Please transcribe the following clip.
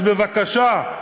אז בבקשה,